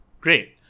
Great